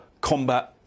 combat